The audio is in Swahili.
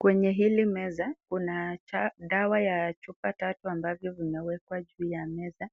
Kwenye hili meza, kuna dawa ya chupa tatu amabavyo vimewekwa juu ya meza,